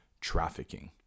trafficking